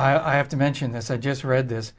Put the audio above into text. coincidences i have to mention this i just read this